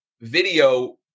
video